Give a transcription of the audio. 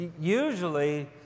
Usually